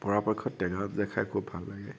পৰাপক্ষত টেঙা আঞ্জা খাই খুব ভাল লাগে